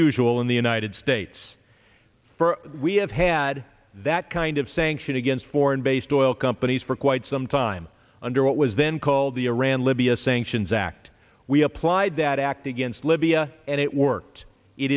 usual in the united states we have had that kind of sanction against foreign based oil companies for quite some time under what was then called the iran libya sanctions act we applied that act against libya and it worked it